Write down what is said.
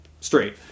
straight